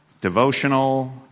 devotional